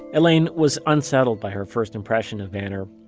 elaine was unsettled by her first impression of vanner,